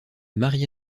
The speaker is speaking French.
marie